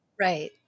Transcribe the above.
Right